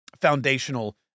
foundational